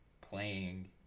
playing